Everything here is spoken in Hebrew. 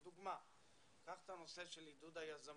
קח לדוגמה את הנושא של עידוד היזמות.